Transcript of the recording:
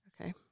okay